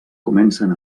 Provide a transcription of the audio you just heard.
comencen